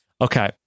okay